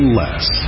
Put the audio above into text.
less